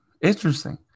Interesting